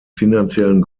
finanziellen